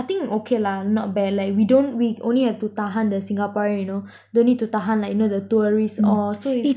I think okay lah not bad like we don't we only have to tahan the singaporean you know don't need to tahan like you know the tourists or so it's